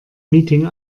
meeting